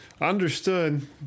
understood